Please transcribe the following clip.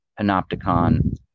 panopticon